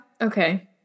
Okay